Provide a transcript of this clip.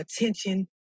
attention